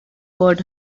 bird